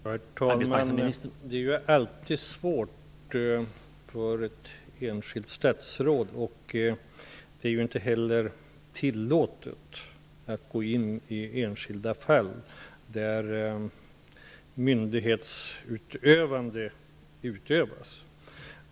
Herr talman! Det är alltid svårt för ett enskilt statsråd, och det är inte heller tillåtet, att gå in i enskilda fall där myndighetsutövande sker.